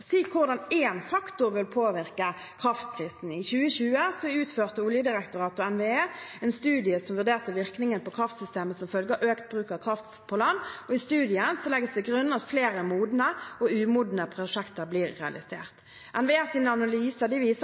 si hvordan én faktor vil påvirke kraftprisen. I 2020 utførte Oljedirektoratet og NVE en studie som vurderte virkningen på kraftsystemet som følge av økt bruk av kraft fra land. I studien legges det til grunn at flere modne og umodne prosjekter blir realisert. NVEs analyser viser at realiseringen av de